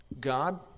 God